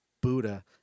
Buddha